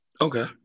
Okay